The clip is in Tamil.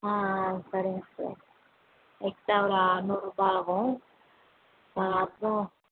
ஆ ஆ சரிங்க சார் எக்ஸ்ட்ரா ஒரு அறநூறுருபா ஆகும் அப்புறம்